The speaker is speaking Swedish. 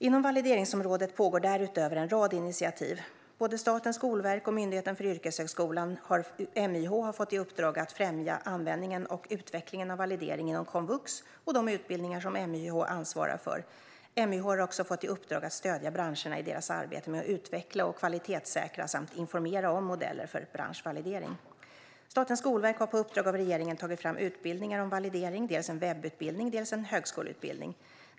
Inom valideringsområdet pågår därutöver en rad initiativ: Både Statens skolverk och Myndigheten för yrkeshögskolan, MYH, har fått i uppdrag att främja användningen och utvecklingen av validering inom komvux och de utbildningar som MYH ansvarar för. MYH har också fått i uppdrag att stödja branscherna i deras arbete med att utveckla och kvalitetssäkra samt informera om modeller för branschvalidering. Statens skolverk har på uppdrag av regeringen tagit fram utbildningar om validering, dels en webbutbildning, dels en högskoleutbildning.